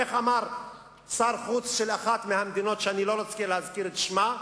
איך אמר שר החוץ של אחת המדינות שאני לא רוצה להזכיר את שמה?